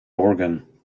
organ